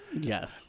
Yes